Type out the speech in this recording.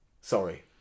Sorry